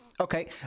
okay